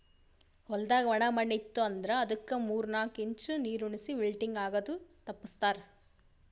ಹೊಲ್ದಾಗ ಒಣ ಮಣ್ಣ ಇತ್ತು ಅಂದ್ರ ಅದುಕ್ ಮೂರ್ ನಾಕು ಇಂಚ್ ನೀರುಣಿಸಿ ವಿಲ್ಟಿಂಗ್ ಆಗದು ತಪ್ಪಸ್ತಾರ್